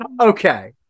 Okay